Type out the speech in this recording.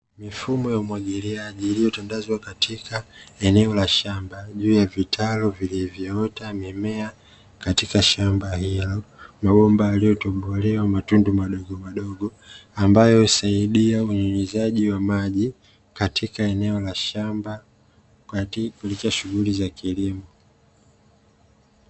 Mifumo ya umwagiliaji, iliyotandazwa katika eneo la shamba juu ya vitalu vilivyoota mimea katika shamba hilo, mabomba yaliyotobolewa matundu madogomadogo, ambayo husaidia unyunyizaji wa maji katika eneo la shamba katika shughuli za kilimo.